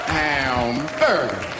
hamburger